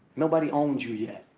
nobody owns you yet.